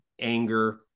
anger